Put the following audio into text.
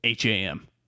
ham